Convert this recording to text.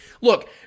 Look